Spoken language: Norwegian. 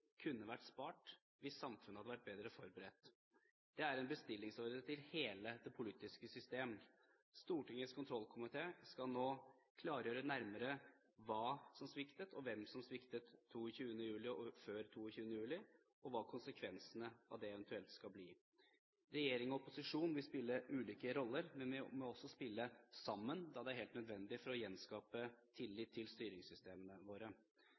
kunne vært spart hvis samfunnet hadde vært bedre forberedt. Det er en bestillingsordre til hele det politiske system. Stortingets kontrollkomité skal nå klargjøre nærmere hva som sviktet, og hvem som sviktet 22. juli, før 22. juli, og hva konsekvensene av det eventuelt skal bli. Regjering og opposisjon vil spille ulike roller, men vi må også spille sammen, da det er helt nødvendig for å gjenskape tillit til styringssystemene våre.